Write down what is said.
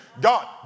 God